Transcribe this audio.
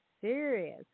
Serious